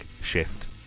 shift